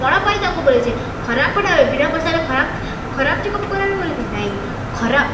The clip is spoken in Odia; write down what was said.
କ ପାଇଁ ତାକୁ ଖରାପ ବିନା ପଇସାରେ ଖରାପ ଖରାପ ଚେକ୍ ଅପ୍ କର ବୋଲି ନାହିଁ ଖରାପ